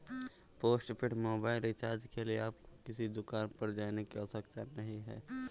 postpaid mobile recharge के लिए आपको किसी दुकान पर जाने की आवश्यकता नहीं है